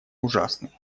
ужасный